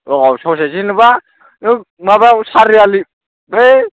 औ स'से जेनेबा माबा चारियालि बै